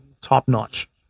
top-notch